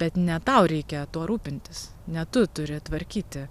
bet ne tau reikia tuo rūpintis ne tu turi tvarkyti